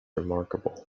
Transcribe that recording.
remarkable